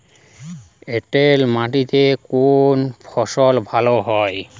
এঁটেল মাটিতে কোন ফসল ভালো হয়?